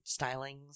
stylings